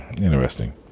Interesting